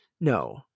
No